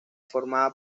formada